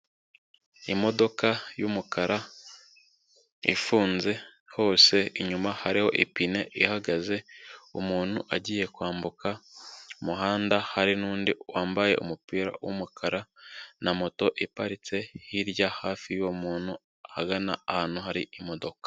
Imodoka y'umukara, ifunze hose, inyuma hariho ipine ihagaze, umuntu agiye kwambuka umuhanda, hari nundi wambaye umupira w'umukara na moto iparitse hirya hafi y'uwo muntu ahagana ahantu hari imodoka.